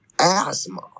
asthma